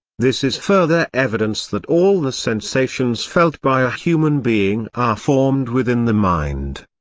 this is further evidence that all the sensations felt by a human being are formed within the mind.